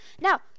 Now